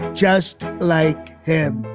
just like him.